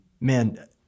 Man